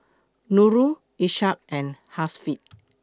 Nurul Ishak and Hasif